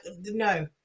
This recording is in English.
no